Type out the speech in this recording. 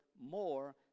more